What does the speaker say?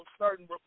certain